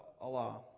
Allah